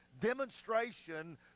demonstration